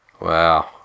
Wow